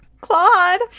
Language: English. Claude